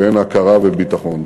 והן הכרה וביטחון.